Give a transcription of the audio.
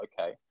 okay